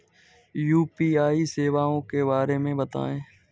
UPI सेवाओं के बारे में बताएँ?